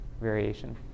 variation